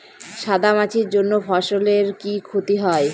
সাদা মাছির জন্য ফসলের কি ক্ষতি হয়?